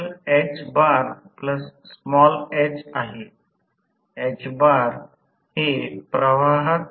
slip प्रारंभ करा म्हणून समीकरण 27 ला S 1 ठेवा नंतर हे प्रारंभिक टॉर्क साठी व्यक्त होईल